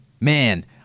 man